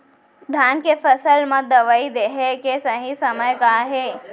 धान के फसल मा दवई देहे के सही समय का हे?